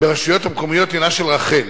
ברשויות המקומיות הינה של רח"ל,